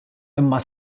imma